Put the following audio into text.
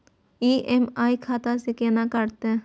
EMI खाता से केना कटते?